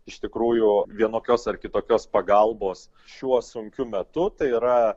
iš tikrųjų vienokios ar kitokios pagalbos šiuo sunkiu metu tai yra